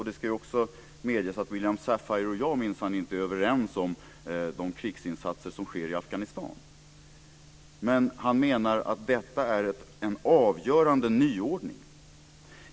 Det ska medges att William Safire och jag minsann inte är överens om de krigsinsatser som i dag sker i Afghanistan, men han menar att detta är en avgörande nyordning.